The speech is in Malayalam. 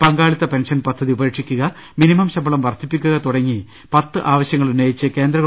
പങ്കാളിത്ത പെൻഷൻപദ്ധതി ഉപേക്ഷിക്കു ക മിനിമം ശമ്പളം വർധിപ്പിക്കുക തുടങ്ങി പത്ത് ആവശ്യങ്ങളു ന്നയിച്ച് കേന്ദ്ര ഗവ